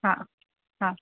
आं आं